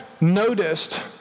noticed